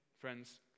friends